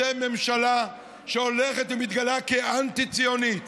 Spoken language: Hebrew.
אתם ממשלה שהולכת ומתגלה כאנטי-ציונית.